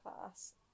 class